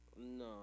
No